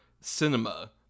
cinema